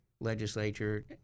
legislature